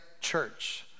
church